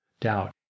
doubt